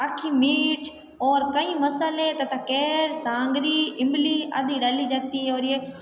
अखिमिर्च और कई मसाले तथा केरसांगरी ईमली आदि डाली जाती हैं और ये